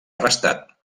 arrestat